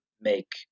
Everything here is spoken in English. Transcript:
make